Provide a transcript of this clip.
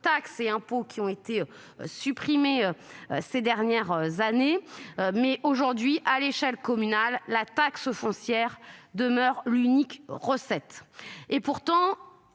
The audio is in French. taxes et impôts qui ont été supprimés. Ces dernières années mais aujourd'hui à l'échelle communale. La taxe foncière demeure l'unique recette